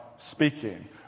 speaking